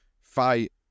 fight